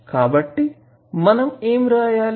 కాబట్టి మనం ఏమి వ్రాయాలి